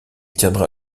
tiendra